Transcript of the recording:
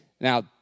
Now